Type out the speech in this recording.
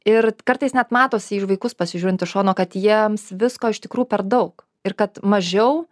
ir kartais net matosi ir į vaikus pasižiūrint iš šono kad jiems visko iš tikrųjų per daug ir kad mažiau